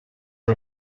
are